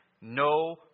no